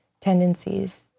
tendencies